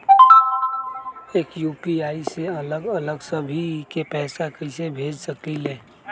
एक यू.पी.आई से अलग अलग सभी के पैसा कईसे भेज सकीले?